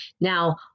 Now